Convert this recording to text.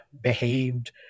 behaved